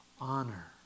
honor